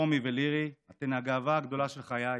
רומי ולירי, אתן הגאווה הגדולה של חיי.